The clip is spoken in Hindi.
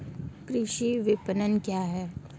कृषि विपणन क्या है?